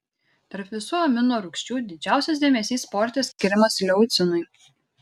tarp visų amino rūgščių didžiausias dėmesys sporte skiriamas leucinui